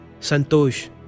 santosh